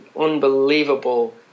Unbelievable